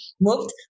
moved